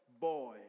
boy